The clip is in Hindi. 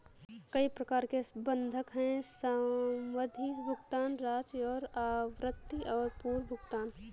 कई प्रकार के बंधक हैं, सावधि, भुगतान राशि और आवृत्ति और पूर्व भुगतान